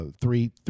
three